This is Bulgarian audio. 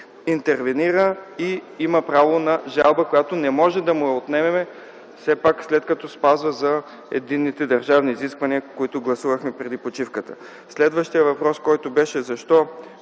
интервенира и има право на жалба, която не можем да му я отнемем, след като спазва за единните държавни изисквания, които гласувахме преди почивката. Следващият въпрос беше: защо